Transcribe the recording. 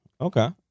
Okay